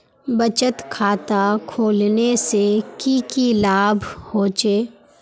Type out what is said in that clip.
बचत खाता खोलने से की की लाभ होचे?